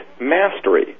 mastery